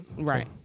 right